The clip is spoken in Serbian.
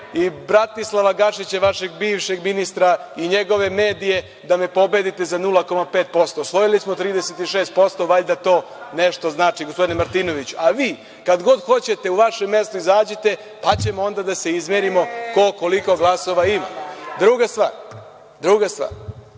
i Bratislava Gašića, vašeg bivšeg ministra i njegove medije, da me pobedite za 0,5%. Osvojili smo 36%, valjda to nešto znači, gospodine Martinoviću. Vi kad god hoćete u vaše mesto izađite, pa ćemo onda da se izmerimo ko koliko glasova ima. Druga stvar, vi sada